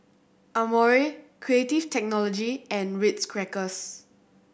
Amore Creative Technology and Ritz Crackers